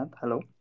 Hello